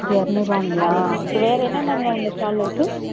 இரநூறுவாங்களா வேறு என்னென்னங்க உங்கள் ஸ்டாலில் இருக்கு